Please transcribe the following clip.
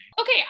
Okay